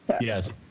yes